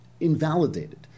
invalidated